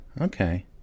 Okay